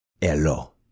Hello